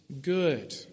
good